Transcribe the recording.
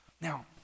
Now